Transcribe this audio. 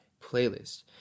playlist